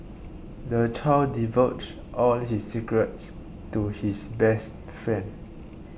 the child divulged all his secrets to his best friend